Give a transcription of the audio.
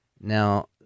Now